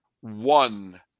one